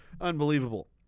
unbelievable